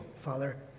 Father